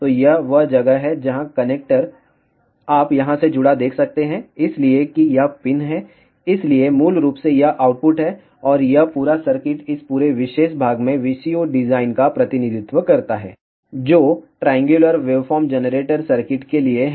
तो यह वह जगह है जहां कनेक्टर आप यहां से जुड़ा देख सकते हैं इसलिए कि यह पिन है इसलिए मूल रूप से यह आउटपुट है और यह पूरा सर्किट इस पूरे विशेष भाग में VCO डिजाइन का प्रतिनिधित्व करता है जो ट्रायंगुलर वेवफॉर्म जनरेटर सर्किट के लिए है